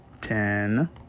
ten